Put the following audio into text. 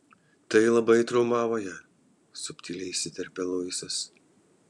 tai labai traumavo ją subtiliai įsiterpia luisas